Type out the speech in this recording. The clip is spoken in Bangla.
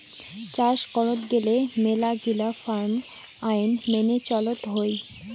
চাস করত গেলে মেলাগিলা ফার্ম আইন মেনে চলত হই